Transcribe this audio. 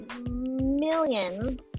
millions